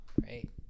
Great